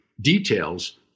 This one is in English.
details